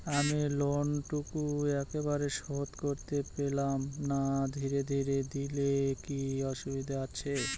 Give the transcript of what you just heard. আমি লোনটুকু একবারে শোধ করতে পেলাম না ধীরে ধীরে দিলে কি অসুবিধে আছে?